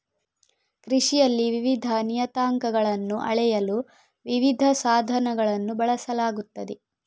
ಕೃಷಿಯಲ್ಲಿ ವಿವಿಧ ನಿಯತಾಂಕಗಳನ್ನು ಅಳೆಯಲು ವಿವಿಧ ಸಾಧನಗಳನ್ನು ಬಳಸಲಾಗುತ್ತದೆ